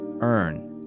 earn